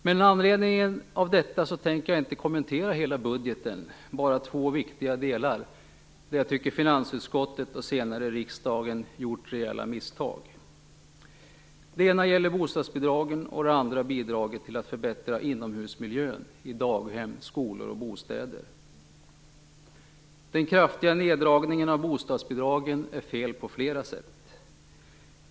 Med anledning av detta tänker jag inte kommentera hela budgeten utan bara två viktiga delar där jag tycker att finansutskottet och senare riksdagen gjort rejäla misstag. Det ena gäller bostadsbidragen, och det andra gäller bidraget att förbättra inomhusmiljön i daghem, skolor och bostäder. Den kraftiga neddragningen av bostadsbidragen är fel på flera sätt.